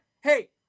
hey